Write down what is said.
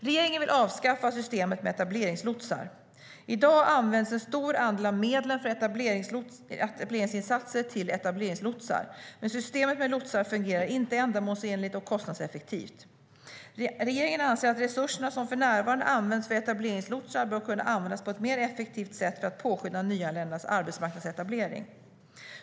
Regeringen vill avskaffa systemet med etableringslotsar. I dag används en stor andel av medlen för etableringsinsatser till etableringslotsar, men systemet med lotsar fungerar inte ändamålsenligt och kostnadseffektivt. Regeringen anser att resurserna som för närvarande används för etableringslotsar bör kunna användas på ett mer effektivt sätt för att påskynda nyanländas arbetsmarknadsetablering.